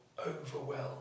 overwhelmed